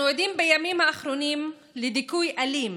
אנחנו עדים בימים האחרונים לדיכוי אלים